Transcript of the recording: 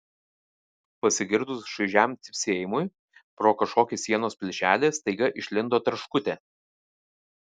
pasigirdus šaižiam cypsėjimui pro kažkokį sienos plyšelį staiga išlindo tarškutė